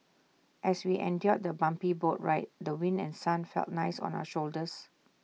as we endured the bumpy boat ride the wind and sun felt nice on our shoulders